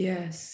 Yes